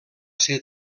ser